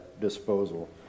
disposal